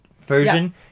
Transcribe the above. version